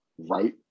Right